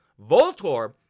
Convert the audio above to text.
Voltorb